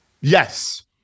Yes